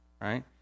Right